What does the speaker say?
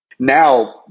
Now